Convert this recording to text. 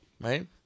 right